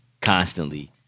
Constantly